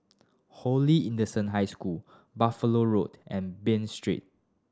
Holy Innocent High School Buffalo Road and Bain Street